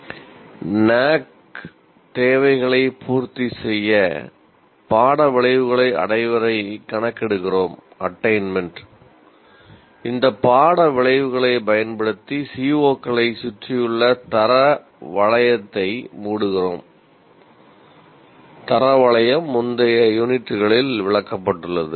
NAAC தேவைகளைப் பூர்த்தி செய்ய பாட விளைவுகளை அடைவதைக் கணக்கிடுகிறோம் இந்த பாட விளைவுகளை பயன்படுத்தி CO களைச் சுற்றியுள்ள தர வளையத்தை மூடுகிறோம்